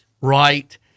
right